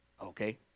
Okay